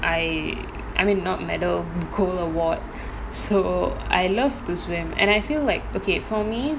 I I mean not medal gold award so I love to swim and I feel like okay for me